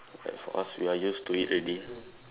like for us we are used to it already